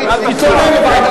הישיבה.